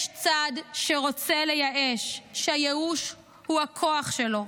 יש צד שרוצה לייאש, שהייאוש הוא הכוח שלו,